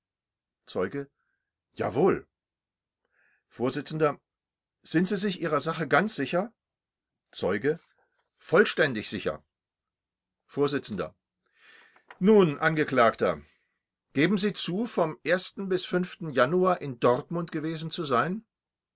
zeuge jawohl vors sind sie ihrer sache ganz sicher zeuge vollständig sicher vors nun angeklagter geben sie zu vom bis januar in dortmund gewesen zu sein